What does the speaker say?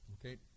okay